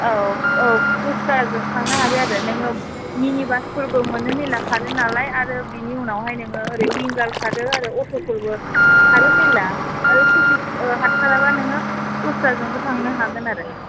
औ औ दस्राजों थांनो हाबाय आरो नोङो मिनिबासफोरबो मोनो मेरला खारो नालाय आरो बिनि उनावहाय नोङो ओरै उयिंगार खारो आरो अट'फोरबो खारो मेरला आरो ससे हाथाराबा नोङो दस्राजोंबो थांनो हागोन आरो